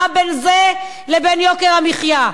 מה בין זה לבין יוקר המחיה?